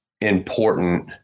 important